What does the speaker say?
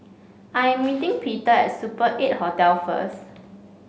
I am meeting Peter at Super Eight Hotel first